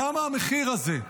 למה המחיר הזה?